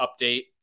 update